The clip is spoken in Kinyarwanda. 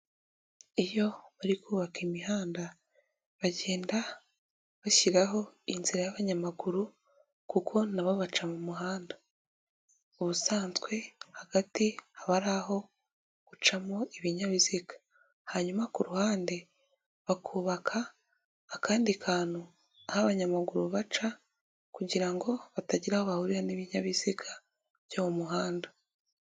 Iyo bari kubaka imihanda, bagenda bashyiraho inzira y'abanyamaguru, kuko nabo baca mu muhanda. Ubusanzwe hagati aba ari aho gucamo ibinyabiziga. Hanyuma ku ruhande, bakubaka akandi kantu aho abanyamaguru baca kugira ngo batagira aho bahurira n'ibinyabiziga byo mu muhanda.